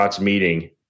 meeting